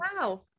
Wow